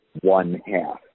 one-half